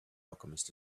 alchemist